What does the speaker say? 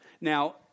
Now